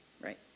right